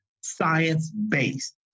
science-based